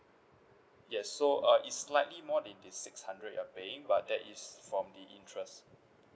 yes so uh it's slightly more than the six hundred you are paying but that is from the interest